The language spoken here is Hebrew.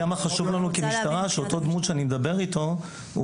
חשוב לנו כמשטרה שאותה דמות שאני מדבר איתה.